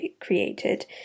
created